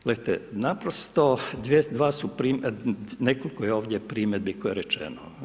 Gledajte, naprosto nekoliko je ovdje primjedbi koje je rečeno.